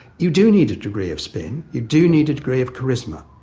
you do need a degree of spin, you do need a degree of charisma.